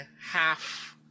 half